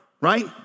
right